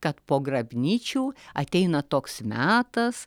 kad po grabnyčių ateina toks metas